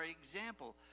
example